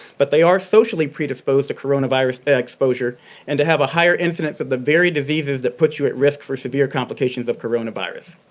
but they are socially predisposed to coronavirus exposure and to have a higher incidence of the very diseases that put you at risk for severe complications of coronavirus.